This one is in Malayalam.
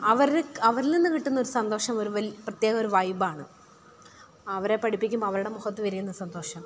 അവർ അവരിൽ നിന്നു കിട്ടുന്നൊരു സന്തോഷം ഒരു വെൽ ഒരു പ്രത്യേകത ഒരു വൈബാണ് അവരെ പഠിപ്പിക്കുമ്പം അവരുടെ മുഖത്തു വിരിയുന്ന സന്തോഷം